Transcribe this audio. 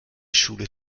schule